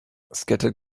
scattered